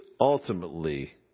ultimately